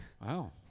Wow